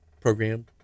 program